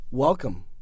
Welcome